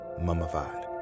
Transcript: mummified